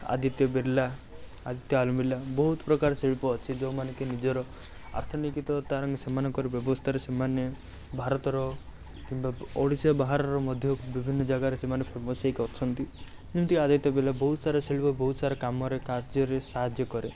Aditya Birla Aditya alumina ବହୁତପ୍ରକାର ଶିଳ୍ପ ଅଛି ଯୋଉଁମାନେ କି ନିଜର ଅର୍ଥନୀତିକ ତାର ସେମାନଙ୍କର ବ୍ୟବସ୍ଥାର ସେମାନେ ଭାରତର କିମ୍ବା ଓଡ଼ିଶା ବାହାରର ମଧ୍ୟ ବିଭିନ୍ନ ଜାଗାରେ ସେମାନେ ଫେମସ୍ ହେଇକି ଅଛନ୍ତି ଯେମିତି ଆଦିତ୍ୟ ବିର୍ଲା ବହୁତସାରା ବହୁତ ସାରା କାମରେ କାର୍ଯ୍ୟରେ ସାହାଯ୍ୟ କରେ